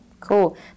cool